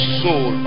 soul